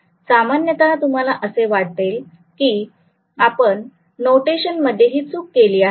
सामान्यतः तुम्हाला असे वाटेल की आपण नोटेशन मध्ये ही चूक केली आहे